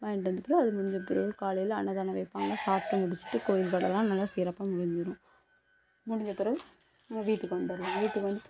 வாங்கிட்டு வந்துட்ட பிறவு அது முடிஞ்ச பிறவு காலையில் அன்னதானம் வைப்பாங்க சாப்பிட்டு முடிச்சிட்டு கோவில் கொடைலாம் நல்லா சிறப்பாக முடிஞ்சிடும் முடிஞ்ச பிறவு நம்ம வீட்டுக்கு வந்துடலாம் வீட்டுக்கு வந்துட்டு